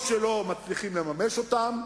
או שלא מצליחים לממש אותם,